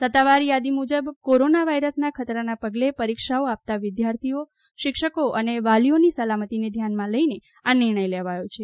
સત્તાવાર યાદી મુજબ કોરોના વાયરસના ખતરાના પગલે પરીક્ષાઓ આપતા વિદ્યાર્થીઓ શિક્ષકો અને વાલીઓની સલામતીને ધ્યાનમાં લઈને આ નિર્ણય લેવાયો છે